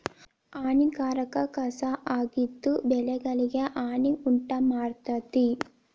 ಹಾನಿಕಾರಕ ಕಸಾ ಆಗಿದ್ದು ಬೆಳೆಗಳಿಗೆ ಹಾನಿ ಉಂಟಮಾಡ್ತತಿ